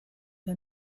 her